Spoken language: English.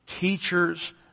Teachers